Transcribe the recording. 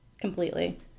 completely